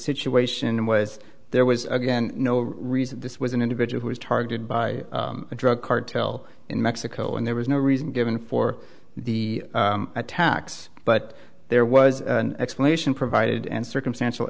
situation was there was again no reason this was an individual who was targeted by a drug cartel in mexico and there was no reason given for the attacks but there was an explanation provided and circumstantial